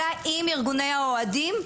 אלא עם ארגוני האוהדים.